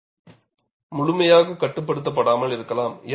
உண்மையான கட்டமைப்புகளில் பக்ளிங்க் முழுமையாக கட்டுப்படுத்தப்படாமல் இருக்கலாம்